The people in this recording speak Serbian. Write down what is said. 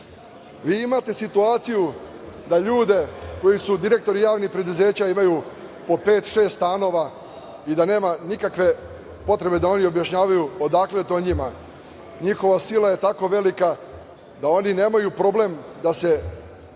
imate situaciju da ljude koji su direktori javnih preduzeća imaju po pet, šest stanova i da nema nikakve potrebe da oni objašnjavaju odakle to njima. Njihova sila je tako velika da oni nemaju problem da se bukvalno